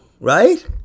right